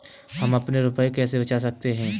हम अपने रुपये कैसे बचा सकते हैं?